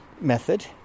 method